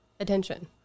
Attention